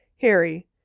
Harry